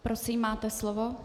Prosím, máte slovo.